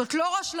זאת לא רשלנות,